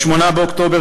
ב-8 באוקטובר,